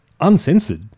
Uncensored